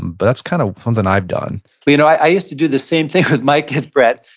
but that's kind of something i've done you know i used to do the same thing with my kids, brett,